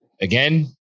Again